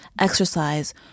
exercise